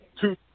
two